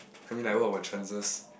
I mean like what were chances